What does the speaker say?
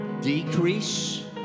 decrease